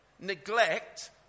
neglect